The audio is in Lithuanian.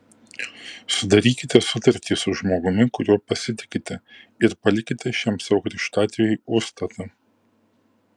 sudarykite sutartį su žmogumi kuriuo pasitikite ir palikite šiam savo krikštatėviui užstatą